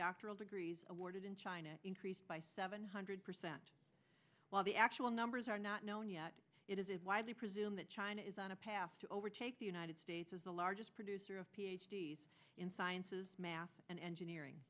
doctoral degrees awarded in china increased by seven hundred percent while the actual numbers are not known yet it is widely presume that china is on a path to overtake the united states as the largest producer of ph d s in sciences math and engineering